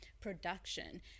production